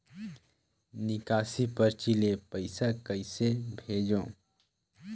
निकासी परची ले पईसा कइसे भेजों?